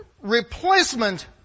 replacement